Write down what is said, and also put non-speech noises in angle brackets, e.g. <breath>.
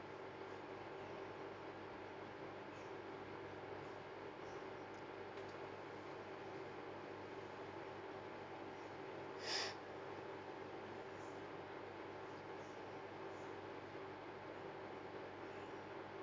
<breath>